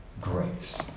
grace